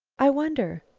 i wonder.